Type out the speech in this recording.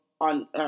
on